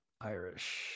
Irish